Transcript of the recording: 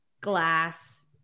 glass